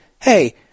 hey